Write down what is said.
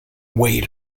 way